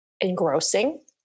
engrossing